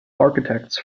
architects